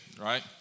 right